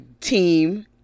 team